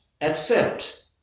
accept